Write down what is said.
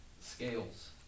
scales